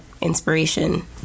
inspiration